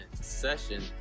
session